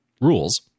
rules